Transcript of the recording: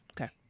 Okay